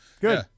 Good